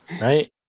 right